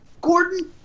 Gordon